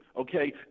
okay